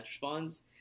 funds